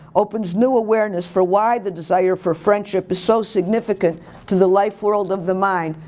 opens new awareness for why the desire for friendship is so significant to the life world of the mind,